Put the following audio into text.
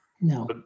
no